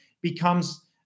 becomes